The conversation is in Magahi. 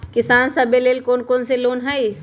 किसान सवे लेल कौन कौन से लोने हई?